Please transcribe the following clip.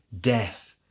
death